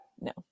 no